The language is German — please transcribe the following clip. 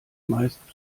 meistens